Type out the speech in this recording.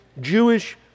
Jewish